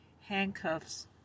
Handcuffs